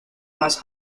más